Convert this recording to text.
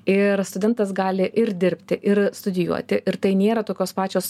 ir studentas gali ir dirbti ir studijuoti ir tai nėra tokios pačios